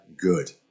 good